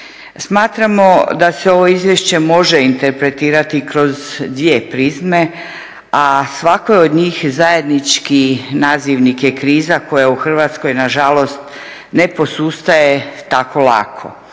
Smatramo da se ovo izvješće može interpretirati kroz dvije prizme, a svakoj od njih zajednički nazivnik je kriza koja u Hrvatskoj nažalost ne posustaje tako lako.